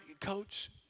Coach